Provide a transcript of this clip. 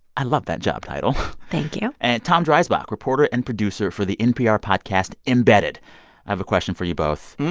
i love that job title thank you and tom dreisbach, reporter and producer for the npr podcast embedded have a question for you both.